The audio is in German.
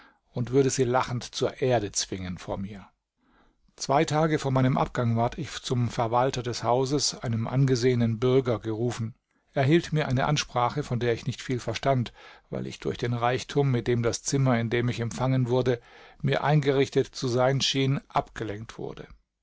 und würde sie lachend zur erde zwingen vor mir zwei tage vor meinem abgang ward ich zum verwalter des hauses einem angesehenen bürger gerufen er hielt mir eine ansprache von der ich nicht viel verstand weil ich durch den reichtum mit dem das zimmer in dem ich empfangen wurde mir eingerichtet zu sein schien abgelenkt wurde